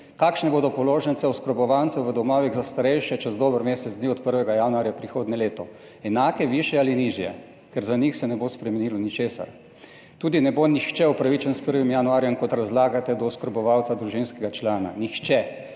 Kakšne bodo položnice oskrbovancev v domovih za starejše čez dober mesec dni, od 1. januarja prihodnje leto, enake, višje ali nižje? Ker za njih se ne bo spremenilo ničesar. Tudi ne bo nihče upravičen s 1. januarjem, kot razlagate, do oskrbovalca družinskega člana. Nihče.